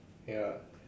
ya